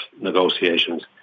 negotiations